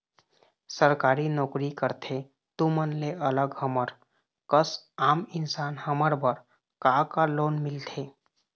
सरकारी नोकरी करथे तुमन ले अलग हमर कस आम इंसान हमन बर का का लोन मिलथे?